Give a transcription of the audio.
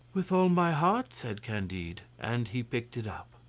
with all my heart, said candide. and he picked it up.